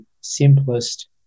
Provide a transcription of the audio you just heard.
simplest